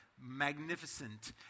magnificent